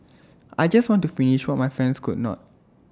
I just want to finish what my friends could not